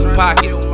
pockets